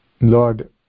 Lord